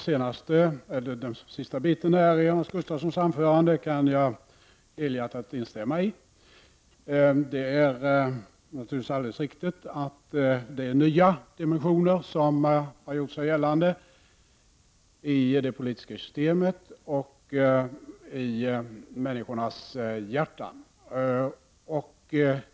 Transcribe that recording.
Herr talman! Jag kan helhjärtat instämma i den sista delen av Hans Gustafssons anförande. Det är naturligtvis alldeles riktigt att nya dimensioner har gjort sig gällande i det politiska systemet och i människornas hjärtan.